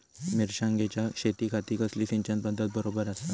मिर्षागेंच्या शेतीखाती कसली सिंचन पध्दत बरोबर आसा?